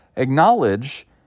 Acknowledge